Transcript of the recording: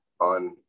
on